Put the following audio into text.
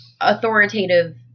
authoritative